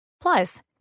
Plus